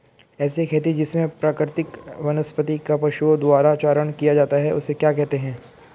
ऐसी खेती जिसमें प्राकृतिक वनस्पति का पशुओं द्वारा चारण किया जाता है उसे क्या कहते हैं?